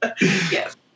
Yes